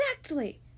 Exactly